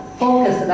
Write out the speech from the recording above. focus